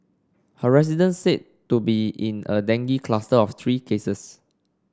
her residence said to be in a dengue cluster of three cases